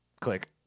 Click